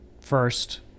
first